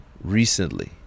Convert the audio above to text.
recently